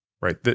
Right